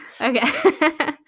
Okay